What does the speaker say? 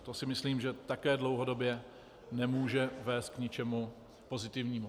To si myslím, že také dlouhodobě nemůže vést k ničemu pozitivnímu.